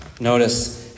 Notice